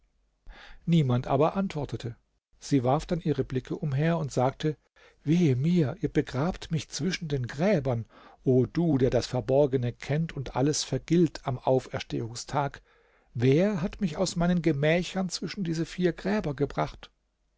niemand aber antwortete sie warf dann ihre blicke umher und sagte wehe mir ihr begrabt mich zwischen den gräbern o du der das verborgene kennt und alles vergilt am auferstehungstag wer hat mich aus meinen gemächern zwischen diese vier gräber gebracht